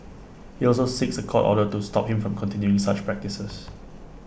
IT also seeks A court order to stop him from continuing such practices